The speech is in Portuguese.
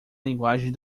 linguagem